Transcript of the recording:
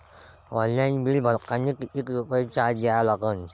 Online bill भरतानी कितीक रुपये चार्ज द्या लागन?